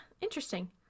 interesting